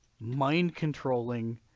mind-controlling